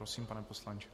Prosím, pane poslanče.